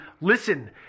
listen